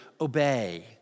obey